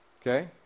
Okay